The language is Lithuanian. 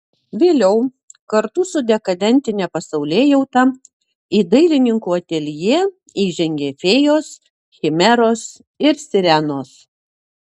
vėliau kartu su dekadentine pasaulėjauta į dailininkų ateljė įžengė fėjos chimeros ir sirenos